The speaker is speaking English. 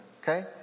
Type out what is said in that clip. okay